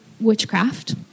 witchcraft